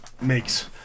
makes